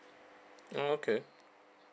oh okay